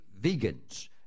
vegans